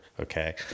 Okay